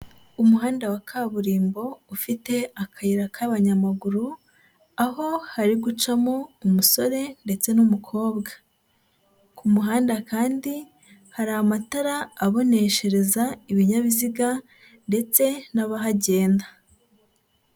Umuhanda wa kaburimbo ufite akayira k'abanyamaguru. Aho hari gucamo umusore ndetse n'umukobwa. Ku muhanda kandi hari amatara aboneshereza ibinyabiziga ndetse n'abahagenda.